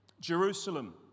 Jerusalem